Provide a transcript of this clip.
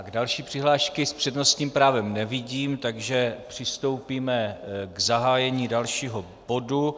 Další přihlášky s přednostním právem nevidím, takže přistoupíme k zahájení dalšího bodu.